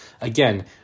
Again